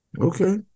Okay